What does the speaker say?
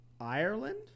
Ireland